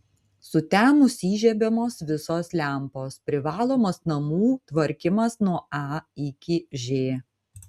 sutemus įžiebiamos visos lempos privalomas namų tvarkymas nuo a iki ž